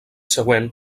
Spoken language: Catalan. següent